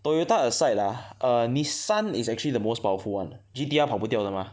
Toyota aside ah err Nissan is actually the most powerful one G_T_R 跑不掉的 mah